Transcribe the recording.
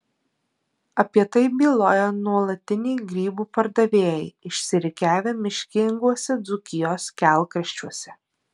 apie tai byloja nuolatiniai grybų pardavėjai išsirikiavę miškinguose dzūkijos kelkraščiuose